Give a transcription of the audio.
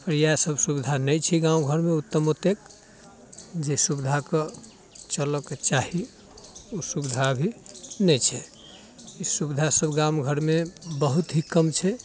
आओर इएह सभ सुविधा नहि छै गाँव घरमे उत्तम ओतेक जे सुविधा कऽ चलऽ के चाही ओ सुविधा अभी नहि छै ई सुविधा सभ गाम घरमे बहुत ही कम छै